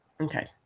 Okay